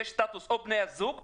בני זוג?